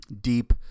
deep